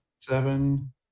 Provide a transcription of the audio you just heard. Seven